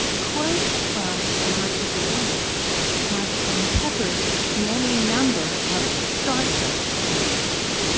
quotes from the merchant of venice have been peppered in any number of star trek episodes.